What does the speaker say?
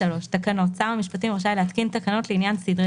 "תקנות 53. שר המשפטים רשאי להתקין תקנות לעניין סדרי